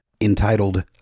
entitled